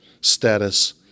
status